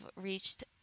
reached